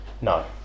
no